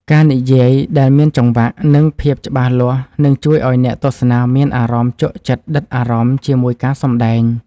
ការនិយាយដែលមានចង្វាក់ និង ភាពច្បាស់លាស់នឹងជួយឱ្យអ្នកទស្សនាមានអារម្មណ៍ជក់ចិត្តដិតអារម្មណ៍ជាមួយការសម្តែង។